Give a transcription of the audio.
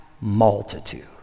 multitude